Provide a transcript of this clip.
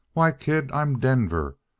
why, kid, i'm denver.